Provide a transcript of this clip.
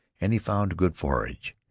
and he found good forage.